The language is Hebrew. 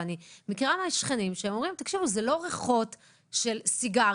אבל אני מכירה שכנים שאומרים שזה לא ריחות של סיגריות.